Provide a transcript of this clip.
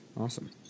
Awesome